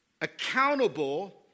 accountable